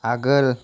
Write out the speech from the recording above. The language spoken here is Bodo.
आगोल